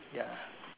ya